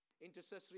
intercessory